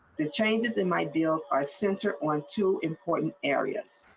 the changes in my bills are center on two important areas.